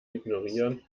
ignorieren